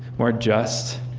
more just,